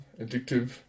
addictive